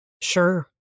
Sure